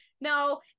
no